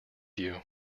you